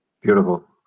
Beautiful